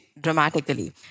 dramatically